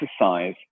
exercise